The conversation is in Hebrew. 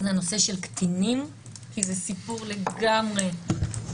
זה הנושא של קטינים, כי זה סיפור לגמרי אחר.